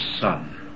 son